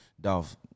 Dolph